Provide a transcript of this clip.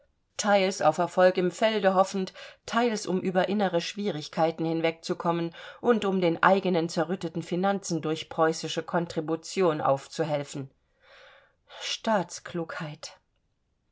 teils auf erfolg im felde hoffend teils um über innere schwierigkeiten hinwegzukommen und um den eigenen zerrütteten finanzen durch preußische kontribution aufzuhelfen